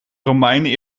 romeinen